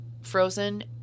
frozen